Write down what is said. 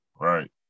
right